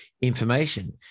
information